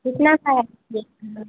कितना का है